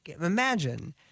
imagine